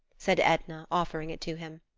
said edna, offering it to him.